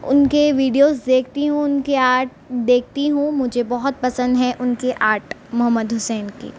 ان کے ویڈیوز دیکھتی ہوں ان کے آرٹ دیکھتی ہوں مجھے بہت پسند ہے ان کے آرٹ محمد حسین کی